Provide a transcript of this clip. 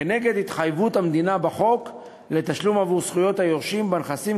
כנגד התחייבות המדינה בחוק לתשלום עבור זכויות היורשים בנכסים,